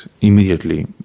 immediately